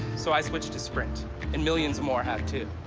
so i switched to sprint and millions more have too.